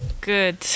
good